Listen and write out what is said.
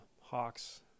Hawks